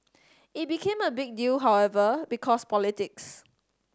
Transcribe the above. it became a big deal however because politics